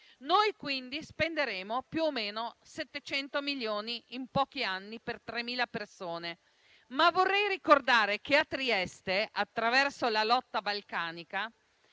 Noi quindi spenderemo più o meno 700 milioni in pochi anni per 3.000 persone, ma vorrei ricordare che a Trieste, attraverso la rotta balcanica,